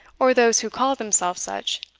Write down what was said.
or those who called themselves such,